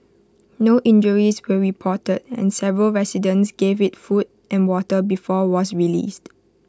no injuries were reported and several residents gave IT food and water before was released